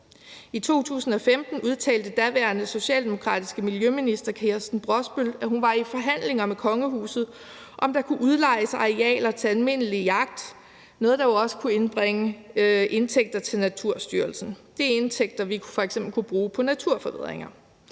I 2015 udtalte daværende socialdemokratiske miljøminister, Kirsten Brosbøl, at hun var i forhandlinger med kongehuset om, om der kunne udlejes arealer til almindelig jagt, hvilket er noget, der også kunne indbringe indtægter til Naturstyrelsen. Det er indtægter, som vi f.eks. kunne bruge på naturforbedringer.